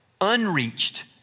unreached